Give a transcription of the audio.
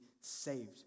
saved